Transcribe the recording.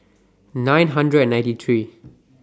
nine hundred and ninety three